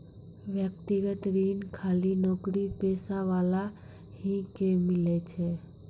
व्यक्तिगत ऋण खाली नौकरीपेशा वाला ही के मिलै छै?